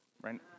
right